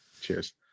Cheers